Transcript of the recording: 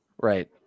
Right